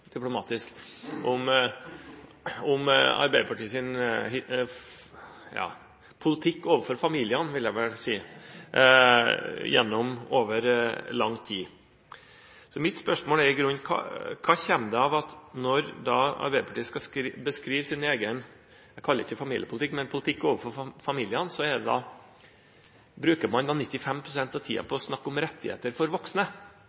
diplomatisk – om Arbeiderpartiets politikk overfor familiene over lang tid. Mitt spørsmål er i grunnen: Hva kommer det av at når Arbeiderpartiet skal beskrive sin politikk overfor familiene – jeg kaller det ikke familiepolitikk – så bruker man 95 pst. av tiden på å snakke om rettigheter for voksne,